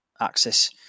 axis